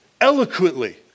eloquently